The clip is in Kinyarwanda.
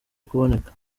kuboneka